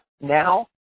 now